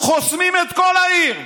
חוסמים את כל העיר.